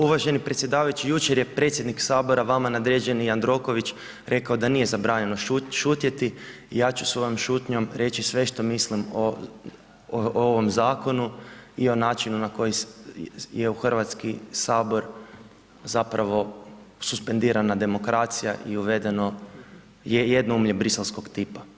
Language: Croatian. Uvaženi predsjedavajući, jučer je predsjednik Sabora, vama nadređeni Jandroković rekao da nije zabranjeno šutjeti, ja ću svojom šutnjom reći sve što mislim o ovom zakonu i o načinu na koji je u HS zapravo suspendirana demokracija i uvedeno je jednoumlje briselskog tipa.